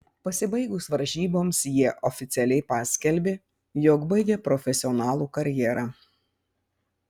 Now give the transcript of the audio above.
pasibaigus varžyboms jie oficialiai paskelbė jog baigia profesionalų karjerą